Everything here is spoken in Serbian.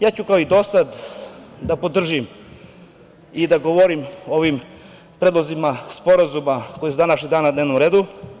Ja ću kao i dosad da podržim i da govorim o ovim predlozima sporazuma koji su danas na dnevnom redu.